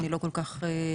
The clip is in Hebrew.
אני לא כל כך יודעת,